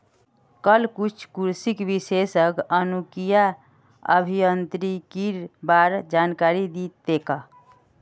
कल कुछ कृषि विशेषज्ञ जनुकीय अभियांत्रिकीर बा र जानकारी दी तेक